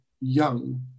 young